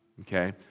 Okay